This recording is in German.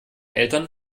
eltern